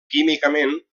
químicament